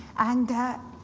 and, ah,